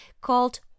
called